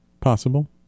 possible